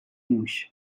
موش